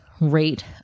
rate